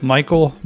Michael